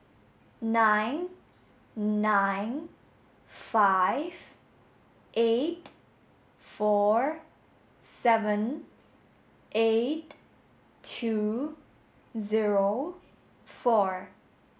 nine nine five eight four seven eight two zero four